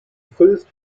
first